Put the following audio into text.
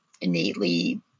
innately